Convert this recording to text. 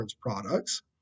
products